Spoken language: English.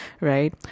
right